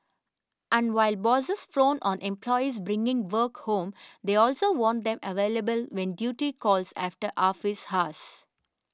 and while bosses frown on employees bringing work home they also want them available when duty calls after office hours